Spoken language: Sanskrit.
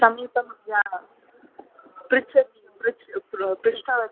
समीपं जा पृच्छत् पृच्च् पृ पृष्टवती